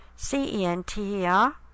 c-e-n-t-e-r